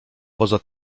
poza